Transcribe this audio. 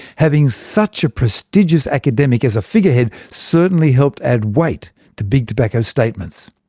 having such a prestigious academic as a figure head certainly helped add weight to big tobacco's statements.